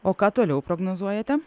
o ką toliau prognozuojate